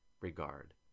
regard